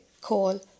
call